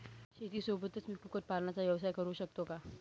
शेतीसोबत मी कुक्कुटपालनाचा व्यवसाय करु शकतो का?